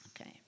Okay